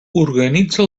organitza